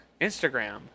Instagram